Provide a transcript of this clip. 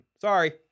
Sorry